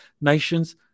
nations